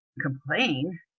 complain